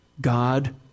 God